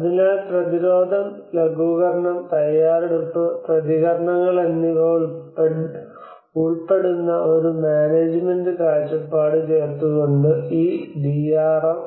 അതിനാൽ പ്രതിരോധം ലഘൂകരണം തയ്യാറെടുപ്പ് പ്രതികരണങ്ങൾ എന്നിവ ഉൾപ്പെടുന്ന ഒരു മാനേജുമെന്റ് കാഴ്ചപ്പാട് ചേർത്തുകൊണ്ട് ഈ ഡിആർഎം